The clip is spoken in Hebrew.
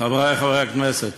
חברי חברי הכנסת,